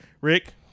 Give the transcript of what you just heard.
Rick